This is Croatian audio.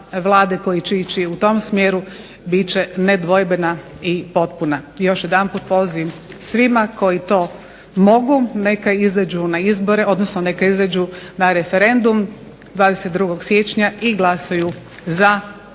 koji će ići u tom smjeru bit će nedvojbena i potpuna. Još jedanput poziv svima koji to mogu neka izađu na izbore, odnosno neka izađu na referendum 22. siječnja i glasuju za